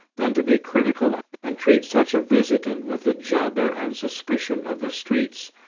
then to be critical and treat such a visitant with the jabber and suspicion of the streets,